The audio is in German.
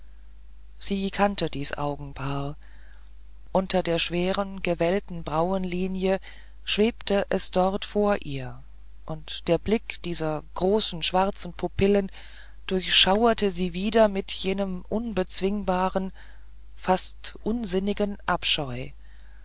sie kannte dies augenpaar unter der schweren gewellten brauenlinie schwebte es dort vor ihr und der blick dieser großen schwarzen pupillen durchschauerte sie wieder mit jenem unbezwingbaren fast unsinnigen abscheu